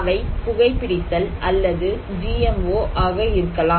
அவை புகை பிடித்தல் அல்லது ஜி எம் ஓ ஆக இருக்கலாம்